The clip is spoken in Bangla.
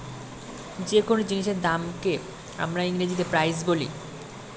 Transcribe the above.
যে কোন জিনিসের দামকে আমরা ইংরেজিতে প্রাইস বলি